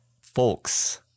Folks